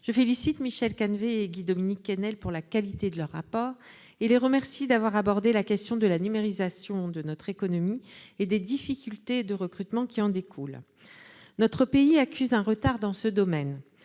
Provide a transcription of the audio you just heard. je félicite Michel Canevet et Guy-Dominique Kennel de la qualité de leur rapport et je les remercie d'avoir abordé la question de la numérisation de notre économie et des difficultés de recrutement qui en découlent. Notre pays accuse un retard dans ce domaine.